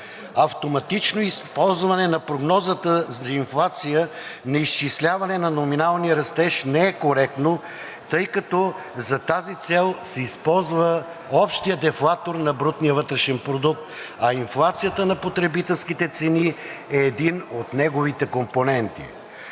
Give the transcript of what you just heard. Автоматично използване на прогнозата за инфлация, неизчисляване на номиналния растеж не е коректно, тъй като за тази цел се използва общият дефлатор на брутния вътрешен продукт, а инфлацията на потребителските цени е един от неговите компоненти.